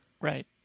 Right